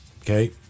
Okay